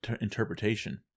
interpretation